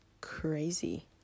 crazy